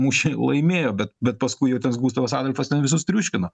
mūšį laimėjo bet bet paskui jau tas gustavas adolfas ten visus triuškino